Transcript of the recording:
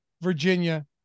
Virginia